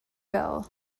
bell